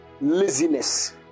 laziness